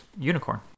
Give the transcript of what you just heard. unicorn